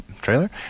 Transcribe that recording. trailer